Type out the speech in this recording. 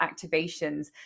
activations